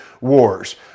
wars